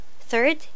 Third